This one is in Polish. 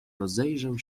rozejrzał